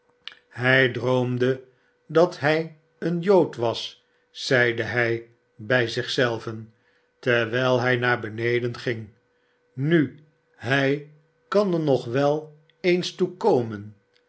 hij droomde dat hij een jood was zeide hij bij zich zelven terwijl hij naar beneden ging nu hij kan er nog wel eens